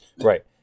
Right